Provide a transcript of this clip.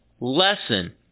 lesson